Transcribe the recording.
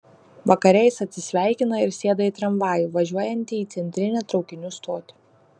vakare jis atsisveikina ir sėda į tramvajų važiuojantį į centrinę traukinių stotį